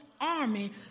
army